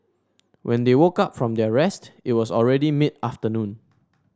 when they woke up from their rest it was already mid afternoon